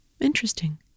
interesting